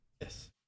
Yes